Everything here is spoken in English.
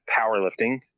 powerlifting